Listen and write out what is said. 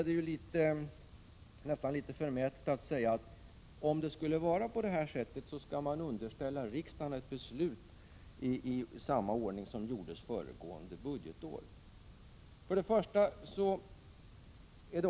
Det är nästan litet förmätet att säga, att om det skulle vara på detta sätt skall riksdagen underställas ett förslag i samma ordning som föregående budgetår.